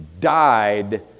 died